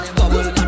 bubble